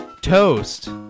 Toast